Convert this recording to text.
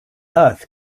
earth